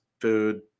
food